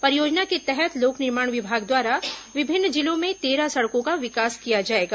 परियोजना के तहत लोक निर्माण विभाग द्वारा विभिन्न जिलों में तेरह सड़कों का विकास किया जाएगा